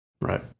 right